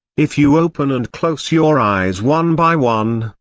if you open and close your eyes one by one,